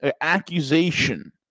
accusation